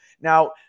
Now